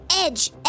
Edge